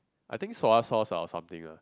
I think soya sauce ah or something one